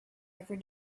every